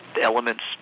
elements